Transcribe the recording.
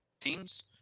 teams